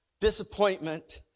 disappointment